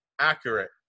accurate